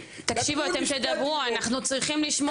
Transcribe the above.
לקחו לי -- תקשיבו אתם תדברו אנחנו צריכים לשמוע אתכם.